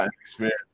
experience